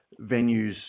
venues